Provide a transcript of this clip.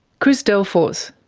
chris delforce.